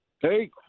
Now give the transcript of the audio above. Hey